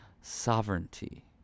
sovereignty